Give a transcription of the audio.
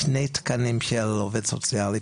שני תקנים של עובד סוציאלי,